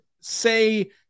say